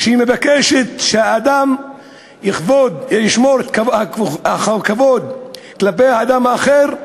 שהיא מבקשת שהאדם ישמור על הכבוד כלפי האדם האחר,